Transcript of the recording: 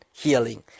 healing